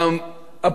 המגוחכות,